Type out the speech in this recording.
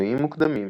ניסויים מוקדמים